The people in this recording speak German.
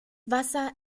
wasser